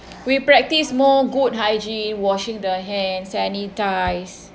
we practice more good hygiene washing the hand sanitize